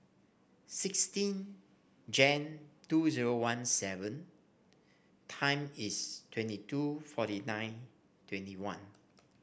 sixteen Jan two zero one seven time is twenty two forty nine twenty one